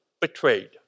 betrayed